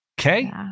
Okay